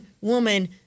woman